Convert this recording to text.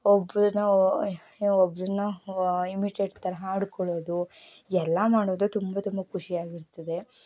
ಒಬ್ಬರನ್ನ ಒಬ್ಬರನ್ನ ಇಮಿಟೇಟ್ ಥರ ಆಡ್ಕೊಳ್ಳೋದು ಎಲ್ಲ ಮಾಡಿದ್ರೆ ತುಂಬ ತುಂಬ ಖುಷಿಯಾಗಿರ್ತದೆ